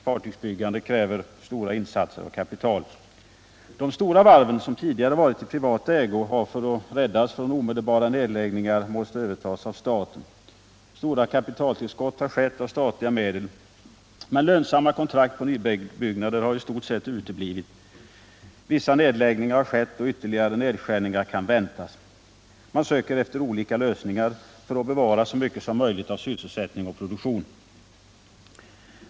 Fartygsbyggande kräver stora insatser och mycket kapital. De stora varven som tidigare har varit i privat ägo har, för att räddas från omedelbar nedläggnnig, måst övertas av staten. Stora statliga kapitaltillskott har lämnats. Men lönsamma kontrakt på nybyggnader har i stort sett uteblivit. Vissa nedläggningar har sket och ytterligare nedskärningar kan väntas. Man söker efter olika lösningar för att bevara så mycket som möjligt av sysselsättning och produktion.